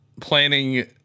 planning